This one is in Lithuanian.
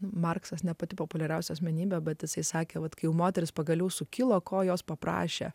marksas ne pati populiariausia asmenybė bet jisai sakė vat kai moteris pagaliau sukilo kojos paprašė